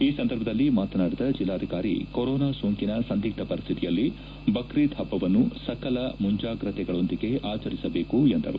ಈ ಸಂದರ್ಭದಲ್ಲಿ ಮಾತನಾಡಿದ ಜಲ್ಲಾಧಿಕಾರಿ ಕೊರೋನಾ ಸೋಂಕಿನ ಸಂದಿಗ್ದ ಪರಿಸ್ವಿಯಲ್ಲಿ ಬ್ರೀದ್ ಪಬ್ಲವನ್ನು ಸಕಲ ಮುಂಜಾಗ್ರತೆಗಳೊಂದಿಗೆ ಆಚರಿಸಬೇಕು ಎಂದರು